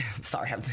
Sorry